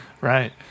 Right